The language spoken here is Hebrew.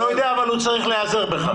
הוא לא יודע אבל הוא צריך להיעזר בך.